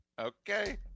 Okay